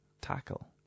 tackle